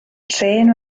trên